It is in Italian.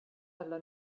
alla